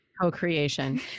Co-creation